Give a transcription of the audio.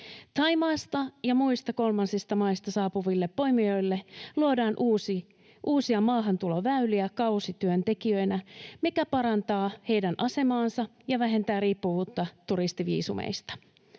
Thaimaasta ja muista kolmansista maista saapuville poimijoille luodaan uusia maahantuloväyliä kausityöntekijöinä, mikä parantaa heidän asemaansa ja vähentää riippuvuutta turistiviisumeista.